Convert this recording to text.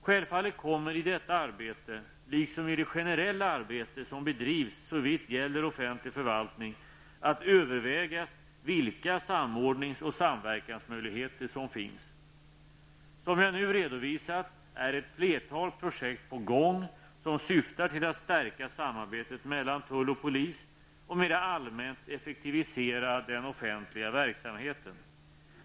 Självfallet kommer i detta arbete, liksom i det generella arbetet som bedrivs såvitt gäller offentlig förvaltning, att övervägas vilka samordnings och samverkansmöjligheter som finns. Som jag nu redovisat är ett flertal projekt på gång som syftar till att stärka samarbetet mellan tull och polis och mera allmänt effektivisera den offentliga verksamheten.